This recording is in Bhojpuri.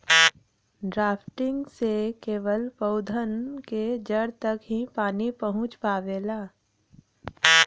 ड्राफ्टिंग से केवल पौधन के जड़ तक ही पानी पहुँच पावेला